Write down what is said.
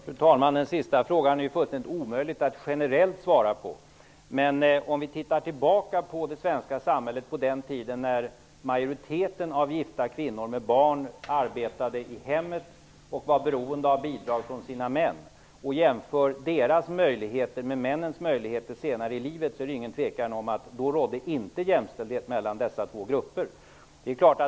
Fru talman! Den sista frågan är fullständigt omöjlig att besvara generellt. Låt oss titta tillbaka på det svenska samhället på den tiden majoriteten av gifta kvinnor med barn arbetade i hemmet och var beroende av bidrag från sina män. Jämför deras möjligheter med männens möjligheter senare i livet. Det råder inget tvivel om att det då inte rådde jämställdhet mellan dessa två grupper.